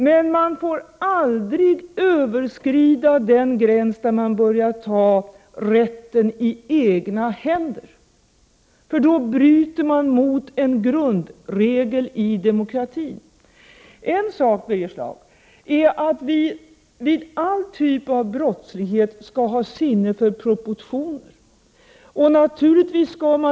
Men man får aldrig gå så långt att man tar rätten i egna händer, för då bryter man mot en grundregel för demokratin. I fråga om alla typer av brottslighet, Birger Schlaug, skall man ha sinne för proportioner.